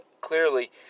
clearly